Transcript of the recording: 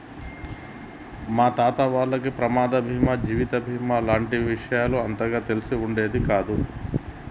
మా తాత వాళ్లకి ప్రమాద బీమా జీవిత బీమా లాంటి విషయాలు అంతగా తెలిసి ఉండేది కాదు